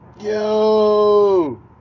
Yo